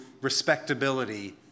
respectability